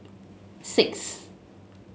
six